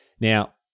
Now